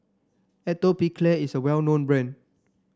atopiclair is a well known brand